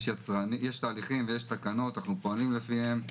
יש תהליכים ויש תקנות, אנחנו פועלים לפיהם.